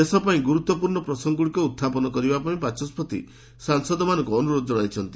ଦେଶ ପାଇଁ ଗୁରୁତ୍ୱପୂର୍ଣ୍ଣ ପ୍ରସଙ୍ଗଗୁଡ଼ିକ ଉତ୍ଥାପନ କରିବା ପାଇଁ ବାଚସ୍କତି ସାଂସଦମାନଙ୍କୁ ଅନୁରୋଧ ଜଣାଇଛନ୍ତି